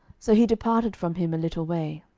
so he departed from him a little way.